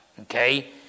Okay